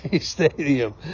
stadium